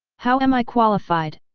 how am i qualified?